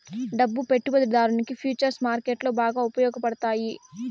డబ్బు పెట్టుబడిదారునికి ఫుచర్స్ మార్కెట్లో బాగా ఉపయోగపడతాయి